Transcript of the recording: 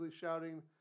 shouting